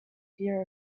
hear